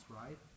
right